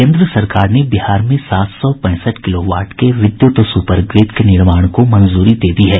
केन्द्र सरकार ने बिहार में सात सौ पैंसठ किलोवाट के विद्युत सुपर ग्रिड के निर्माण को मंजूरी दे दी है